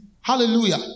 Hallelujah